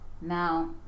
now